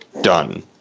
done